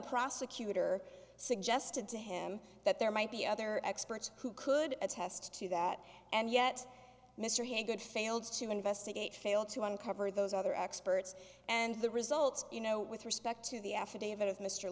prosecutor suggested to him that there might be other experts who could attest to that and yet mr haygood failed to investigate fail to uncover those other experts and the results you know with respect to the affidavit of mr